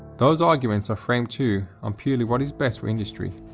those arguments are framed too on purely what is best for industry,